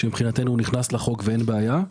שמבחינתנו הוא נכנס לחוק ואין בעיה,